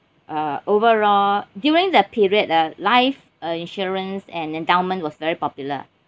uh overall during the period the life uh insurance and endowment was very popular